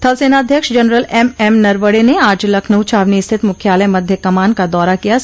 थल सेनाध्यक्ष जनरल एमएमनरवणे ने आज लखनऊ छावनी स्थित मुख्यालय मध्य कमान का दौरा कियां